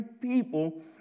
people